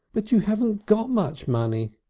but you haven't got much money!